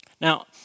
Now